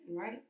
right